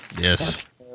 Yes